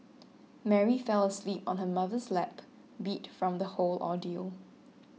Mary fell asleep on her mother's lap beat from the whole ordeal